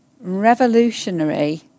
revolutionary